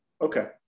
Okay